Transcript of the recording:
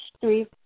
three